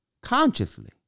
Consciously